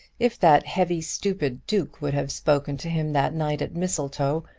if that heavy stupid duke would have spoken to him that night at mistletoe,